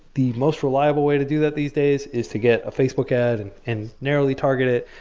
the most reliable way to do that these days is to get a facebook ad and and narrowly target it.